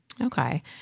Okay